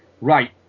right